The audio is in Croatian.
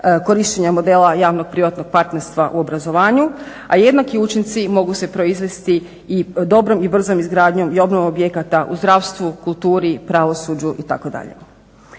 korištenja modela javno-privatnog partnerstva u obrazovanju, a jednaki učinci mogu se proizvesti i dobrom i brzom izgradnjom i obnovom objekata u zdravstvu, kulturi, pravosuđu itd.